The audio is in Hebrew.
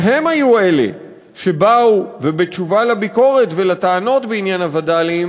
שהם היו אלה שבאו ובתשובה על הביקורת ועל הטענות בעניין הווד"לים